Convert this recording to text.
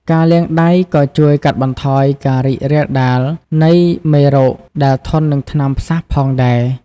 ការលាងដៃក៏ជួយកាត់បន្ថយការរីករាលដាលនៃមេរោគដែលធន់នឹងថ្នាំផ្សះផងដែរ។